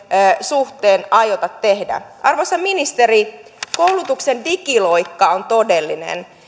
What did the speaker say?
suhteen aiota tehdä arvoisa ministeri koulutuksen digiloikka on todellinen